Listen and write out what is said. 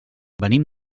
venim